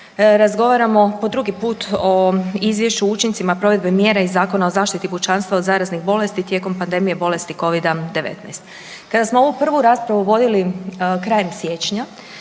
razgovaramo po drugi put o Izvješću o učincima provedbe mjera iz Zakona o zaštiti pučanstva od zaraznih bolesti tijekom pandemije bolesti COVID-a 19. Kada smo ovu prvu raspravu vodili krajem siječnja,